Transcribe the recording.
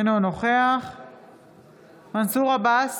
אינו נוכח מנסור עבאס,